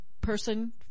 person